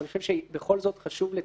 אבל אני חושב שבכל זאת חשוב לציין,